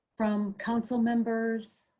from council members?